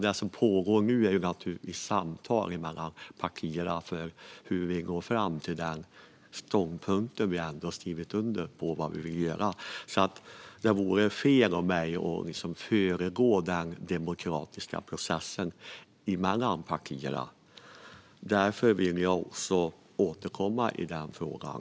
Det som pågår nu är samtal mellan partierna om hur vi når fram till den ståndpunkt vi skrivit under på vad gäller vad vi vill göra. Det vore fel av mig att föregå den demokratiska processen mellan partierna. Därför vill jag återkomma i frågan.